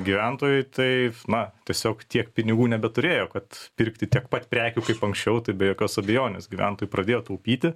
gyventojai taip na tiesiog tiek pinigų nebeturėjo kad pirkti tiek pat prekių kaip anksčiau tai be jokios abejonės gyventojai pradėjo taupyti